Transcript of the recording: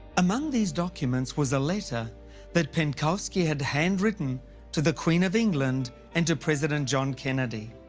among these documents was a letter that penkovsky had hand written to the queen of england and to president john kennedy.